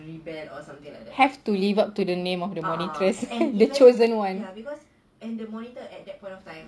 have to live up to the name of the monitress